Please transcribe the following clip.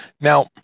now